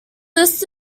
list